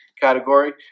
category